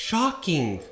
Shocking